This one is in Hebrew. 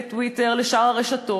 טוויטר ושאר הרשתות.